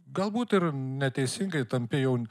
galbūt ir neteisingai tampi jau